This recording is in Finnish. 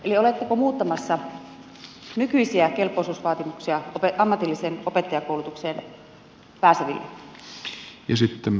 eli oletteko muuttamassa nykyisiä kelpoisuusvaatimuksia ammatilliseen opettajakoulutukseen pääseville